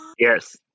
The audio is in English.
Yes